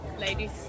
ladies